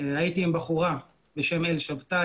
הייתי עם בחורה בשם יעל שבתאי.